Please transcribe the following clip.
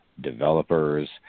developers